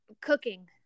Cooking